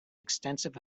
extensive